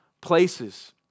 places